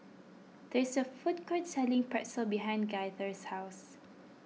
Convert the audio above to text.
there is a food court selling Pretzel behind Gaither's house